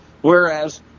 Whereas